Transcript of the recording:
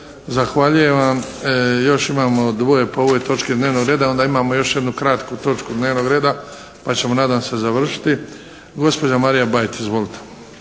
Zahvaljujem vam. Još imamo dvoje po ovoj točki dnevnog reda, onda imamo još jednu kratku točku dnevnog reda pa ćemo nadam se završiti. Gospođa Marija Bajt. Izvolite.